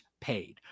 paid